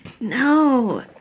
No